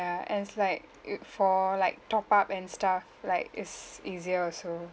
and it's like uh for like top-up and stuff like it's easier also